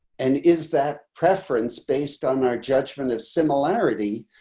and is that preference based on our judgment of similarity,